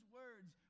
words